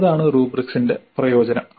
അതാണ് റുബ്രിക്സിന്റെ പ്രയോജനം